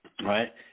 right